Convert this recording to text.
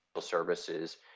services